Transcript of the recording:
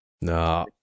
no